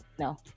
no